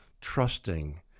trusting